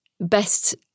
best